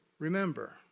Remember